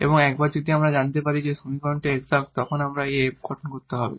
এবং একবার যদি আমরা জানতে পারি যে সমীকরণটি এক্সাট তখন আমাদের এই f গঠন করতে হবে